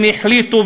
הם החליטו,